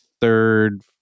third